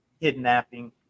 kidnapping